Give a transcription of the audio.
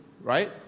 right